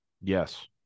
Yes